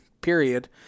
period